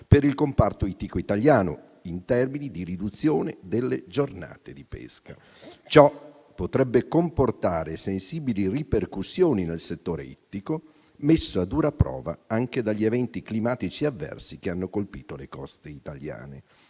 per il comparto ittico italiano, in termini di riduzione delle giornate di pesca. Ciò potrebbe comportare sensibili ripercussioni nel settore ittico, messo a dura prova anche dagli eventi climatici avversi che hanno colpito le coste italiane.